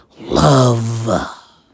love